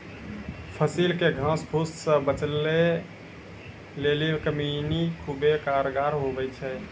फसिल के घास फुस से बचबै लेली कमौनी खुबै कारगर हुवै छै